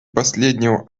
последнего